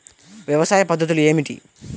వ్యవసాయ పద్ధతులు ఏమిటి?